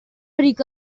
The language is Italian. ricco